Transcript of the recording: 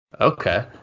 Okay